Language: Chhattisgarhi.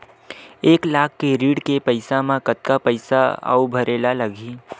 एक लाख के ऋण के पईसा म कतका पईसा आऊ भरे ला लगही?